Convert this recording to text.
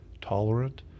tolerant